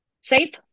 safe